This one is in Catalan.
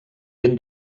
ben